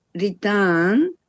return